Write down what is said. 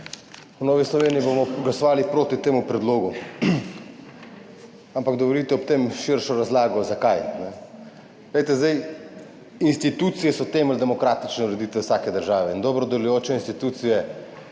V Novi Sloveniji bomo glasovali proti temu predlogu. Ampak dovolite ob tem širšo razlago, zakaj. Institucije so temelj demokratične ureditve vsake države. In dobro delujoče institucije,